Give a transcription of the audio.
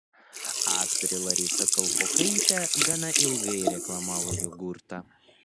aktorė larisa kalpokaitė gana ilgai reklamavo jogurtą